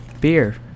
Beer